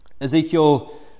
Ezekiel